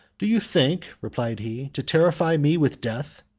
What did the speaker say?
do you think, replied he, to terrify me with death?